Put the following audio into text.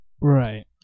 Right